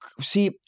see